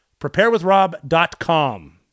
preparewithrob.com